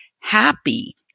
Happy